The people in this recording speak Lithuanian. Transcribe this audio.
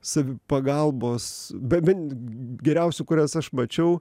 savipagalbos be ben geriausių kurias aš mačiau